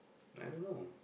I don't know